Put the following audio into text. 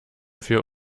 für